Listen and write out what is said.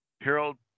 Harold